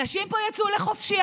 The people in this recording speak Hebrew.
אנשים פה יצאו לחופשי,